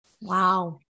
wow